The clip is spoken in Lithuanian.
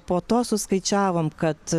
po to suskaičiavom kad